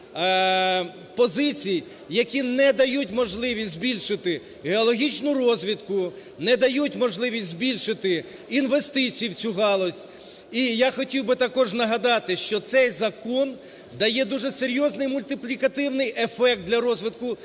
які не дають можливість збільшити геологічну розвідку, не дають можливість збільшити інвестиції у цю галузь. І я хотів би також нагадати, що цей закон дає дуже серйозний мультиплікативний ефект для розвитку всієї